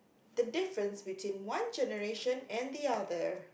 the difference between one generation and the other